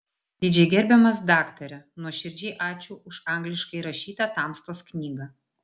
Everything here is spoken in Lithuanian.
didžiai gerbiamas daktare nuoširdžiai ačiū už angliškai rašytą tamstos knygą